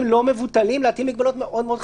לא מבוטלים להטיל מגבלות מאוד מאוד חמורות.